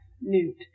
Newt